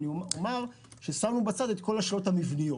אני רק אומר ששמנו בצד את כל השאלות המבניות.